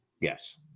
Yes